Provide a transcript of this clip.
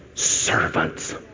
Servants